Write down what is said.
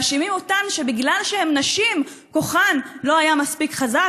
מאשימים אותן שבגלל שהן נשים כוחן לא היה מספיק חזק,